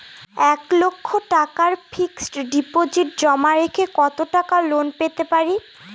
এক লক্ষ টাকার ফিক্সড ডিপোজিট জমা রেখে কত টাকা লোন পেতে পারি?